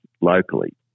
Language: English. locally